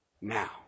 now